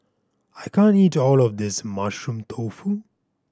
I can't eat all of this Mushroom Tofu